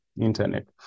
internet